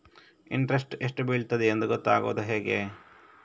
Interest ಎಷ್ಟು ಬೀಳ್ತದೆಯೆಂದು ಗೊತ್ತಾಗೂದು ಹೇಗೆ?